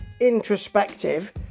introspective